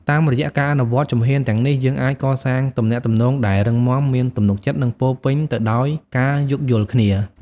តាមរយៈការអនុវត្តជំហានទាំងនេះ យើងអាចកសាងទំនាក់ទំនងដែលរឹងមាំ មានទំនុកចិត្ត និងពោរពេញទៅដោយការយោគយល់គ្នា។